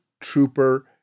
trooper